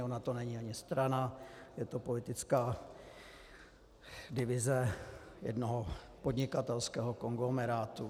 Ona to není jednom strana, je to politická divize jednoho podnikatelského konglomerátu.